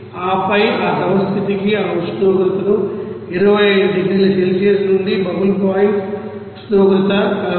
ఆపై ఆ ద్రవ స్థితికి ఈ ఉష్ణోగ్రతను 25 డిగ్రీల సెల్సియస్ నుండి బబుల్ పాయింట్ ఉష్ణోగ్రత 62